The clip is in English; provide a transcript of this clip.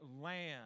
land